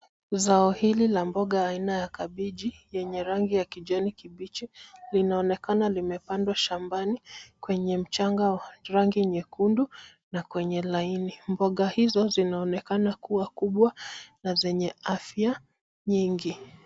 Zao hili la mboga aina ya kabeji yenye rangi ya kijani kibichi linaonekana limepandwa shambani kwenye mchanga wa rangi nyekundu na kwenye laini. Mboga hizo zinaonekana kuwa kubwa na zenye afya nyingi.